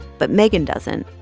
but megan doesn't.